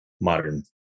modern